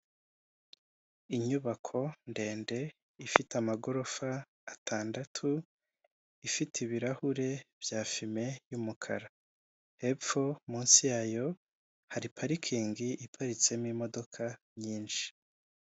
Inyubako ndende ifite amagorofa atandatu ifite ibirahure bya fime y'umukara, hepfo munsi yayo hari parikingi iparitsemo imodoka nyinshi.